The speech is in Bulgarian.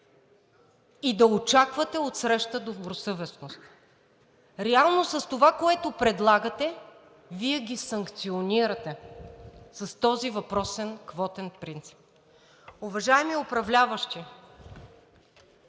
и да очаквате отсреща добросъвестност. Реално с това, което предлагате, Вие ги санкционирате с този въпросен квотен принцип. Уважаеми управляващи,